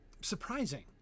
surprising